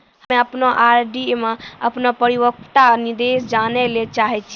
हम्मे अपनो आर.डी मे अपनो परिपक्वता निर्देश जानै ले चाहै छियै